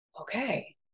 okay